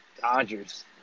Dodgers